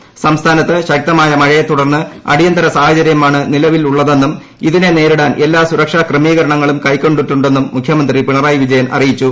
സാസ്ഥാനത്ത് ശക്തമായ മഴയെ തുടർന്ന് അടിയന്തര സാഹചര്യമാണ് നില്പ്പിലുള്ളതെന്നും ഇതിനെ നേരിടാൻ എല്ലാ സുരക്ഷാ ക്രമീകരണങ്ങളും ക്ലെക്ക്കൊണ്ടിട്ടുണ്ടെന്നും മുഖ്യമന്ത്രി പിണറായി വിജയൻ അറിയിച്ചു